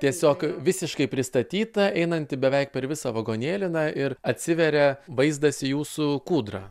tiesiog visiškai pristatyta einanti beveik per visą vagonėlį na ir atsiveria vaizdas į jūsų kūdrą